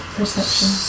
Perception